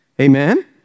Amen